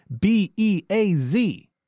B-E-A-Z